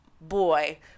boy